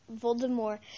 Voldemort